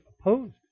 opposed